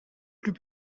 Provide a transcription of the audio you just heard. plus